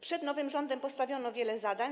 Przed nowym rządem postawiono wiele zadań.